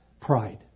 Pride